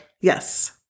Yes